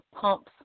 pumps